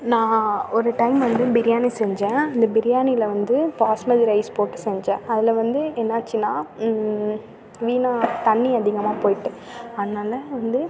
நான் ஒரு டைம் வந்து பிரியாணி செஞ்சேன் அந்த பிரியாணியில வந்து பாஸ்மதி ரைஸ் போட்டு செஞ்சேன் அதில் வந்து என்னாச்சின்னால் மெயினாக தண்ணி அதிகமாக போய்ட்டு அதனால வந்து